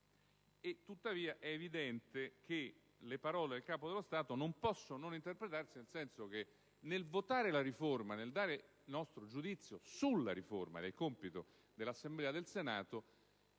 tuttavia, le parole del Capo dello Stato non possono non interpretarsi nel senso che nel votare la riforma, nel dare il nostro giudizio sulla riforma, compito precipuo dell'Assemblea del Senato,